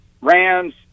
rams